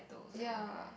ya